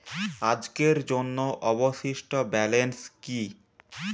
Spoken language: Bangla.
আজকের জন্য অবশিষ্ট ব্যালেন্স কি?